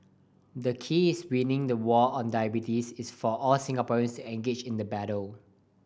the keys winning the war on diabetes is for all Singaporeans engaged in the battle